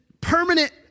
permanent